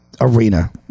arena